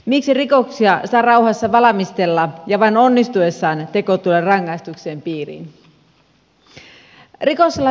miksi rikoksia saa rauhassa valmistella ja vain onnistuessaan teko tulee rangaistuksen piiriin